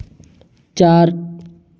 चार